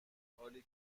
حالی